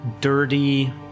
dirty